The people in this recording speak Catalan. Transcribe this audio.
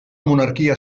monarquia